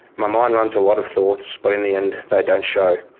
my mind runs a lot of thoughts, but in the end, they don't show.